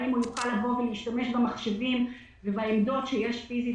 האם הוא יכול לבוא ולהשתמש במחשבים ובעמדות שיש פיזית